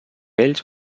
ells